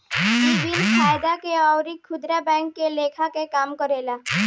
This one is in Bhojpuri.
इ बिन फायदा के अउर खुदरा बैंक के लेखा काम करेला